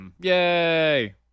yay